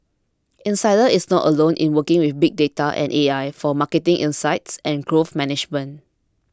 insider is not alone in working with big data and A I for marketing insights and growth management